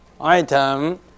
item